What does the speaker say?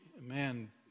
man